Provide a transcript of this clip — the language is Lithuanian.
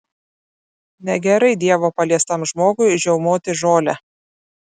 negerai dievo paliestam žmogui žiaumoti žolę